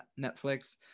Netflix